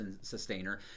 Sustainer